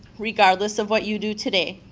regardless of what you do today.